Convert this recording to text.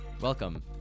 Welcome